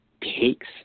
takes